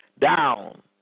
down